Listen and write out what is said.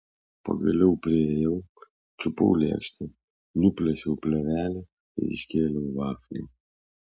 pagaliau priėjau čiupau lėkštę nuplėšiau plėvelę ir iškėliau vaflį